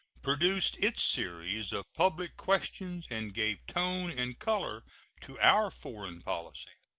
produced its series of public questions and gave tone and color to our foreign policy.